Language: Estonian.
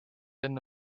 enne